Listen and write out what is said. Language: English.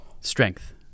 strength